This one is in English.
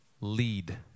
lead